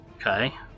Okay